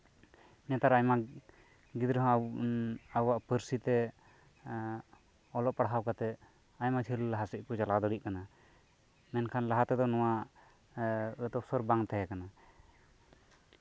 ᱱᱮᱛᱟᱨ ᱟᱭᱢᱟ ᱜᱤᱫᱽᱨᱟᱹ ᱦᱚᱸ ᱟᱵᱚᱣᱟᱜ ᱯᱟᱹᱨᱥᱤ ᱛᱮ ᱚᱞᱚᱜ ᱯᱟᱲᱦᱟᱣ ᱠᱟᱛᱮᱫ ᱟᱭᱢᱟ ᱡᱷᱟᱹᱞᱟᱦᱟ ᱥᱮᱫ ᱠᱚ ᱪᱟᱞᱟᱣ ᱫᱟᱲᱮ ᱠᱟᱱᱟ ᱢᱮᱱᱠᱷᱟᱱ ᱞᱟᱦᱟ ᱛᱮᱫᱚ ᱱᱚᱶᱟ ᱟᱹᱛ ᱚᱯᱥᱚᱨ ᱵᱟᱝ ᱛᱟᱸᱦᱮ ᱠᱟᱱᱟ